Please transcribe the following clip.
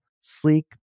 sleek